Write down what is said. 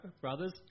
brothers